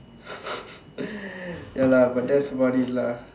ya lah but that's about it lah